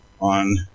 on